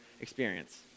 experience